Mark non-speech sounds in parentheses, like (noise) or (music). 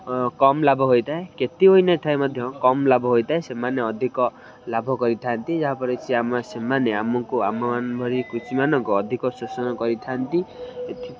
କମ୍ ଲାଭ ହୋଇଥାଏ କ୍ଷତି ହୋଇନଥାଏ ମଧ୍ୟ କମ୍ ଲାଭ ହୋଇଥାଏ ସେମାନେ ଅଧିକ ଲାଭ କରିଥାଆନ୍ତି ଯାହାଫଳରେ କି (unintelligible) ସେମାନେ ଆମକୁ ଆମମାନ କୃଷିମାନଙ୍କ ଅଧିକ ଶୋଷଣ କରିଥାଆନ୍ତି